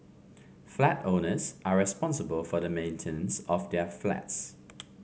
flat owners are responsible for the maintenance of their flats